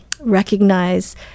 recognize